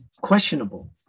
questionable